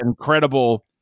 incredible